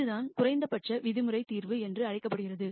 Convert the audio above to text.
இதுதான் குறைந்தபட்ச விதிமுறை தீர்வு என்று அழைக்கப்படுகிறது